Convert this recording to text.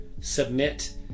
Submit